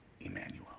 Emmanuel